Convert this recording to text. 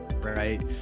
right